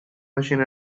machine